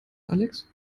alex